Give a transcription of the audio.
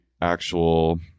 actual